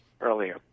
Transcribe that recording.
earlier